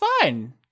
fine